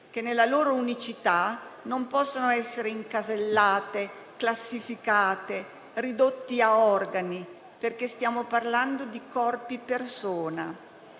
che, nella loro unicità, non possono essere incasellate, classificate, ridotte a organi, perché stiamo parlando di corpi-persona.